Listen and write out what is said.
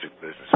business